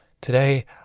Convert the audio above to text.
today